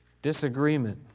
Disagreement